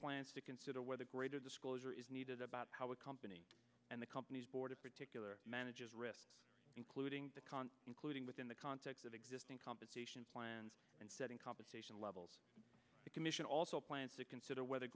plans to consider whether greater disclosure is needed about how a company and the company's board in particular manages risks including the cons including within the context of existing compensation plans and setting compensation levels the commission also plans to consider whether